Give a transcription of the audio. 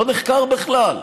הוא לא נחקר בכלל.